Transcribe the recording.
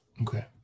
Okay